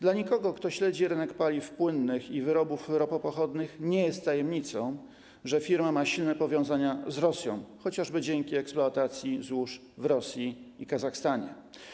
Dla nikogo, kto śledzi rynek paliw płynnych i wyrobów ropopochodnych, nie jest tajemnicą, że firma ma silne powiązania z Rosją, chociażby dzięki eksploatacji złóż w Rosji i Kazachstanie.